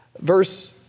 verse